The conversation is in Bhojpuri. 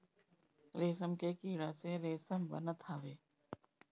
रेशम के कीड़ा से रेशम बनत हवे